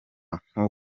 nko